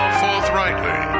forthrightly